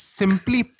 simply